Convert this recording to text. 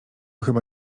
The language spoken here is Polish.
chyba